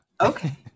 Okay